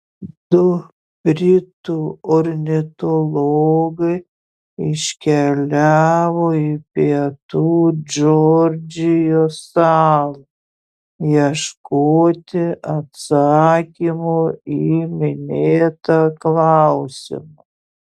du britų ornitologai iškeliavo į pietų džordžijos salą ieškoti atsakymo į minėtą klausimą